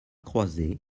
croises